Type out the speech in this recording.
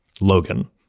Logan